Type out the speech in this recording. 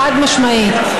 חד-משמעית.